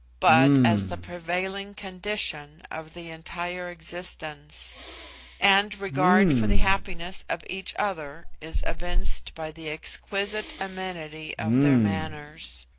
but as the prevailing condition of the entire existence and regard for the happiness of each other is evinced by the exquisite amenity of their manners.